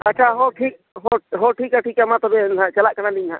ᱟᱪᱪᱷᱟ ᱦᱮᱸ ᱴᱷᱤᱠ ᱴᱷᱤᱠᱟ ᱢᱟ ᱛᱚᱵᱮ ᱦᱮᱸ ᱪᱟᱞᱟᱜ ᱠᱟᱱᱟᱞᱤᱧ ᱱᱟᱦᱟᱜ